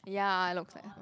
ya it looks like